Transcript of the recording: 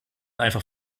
einfach